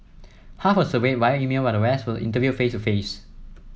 half were surveyed via email while the rest were interviewed face to face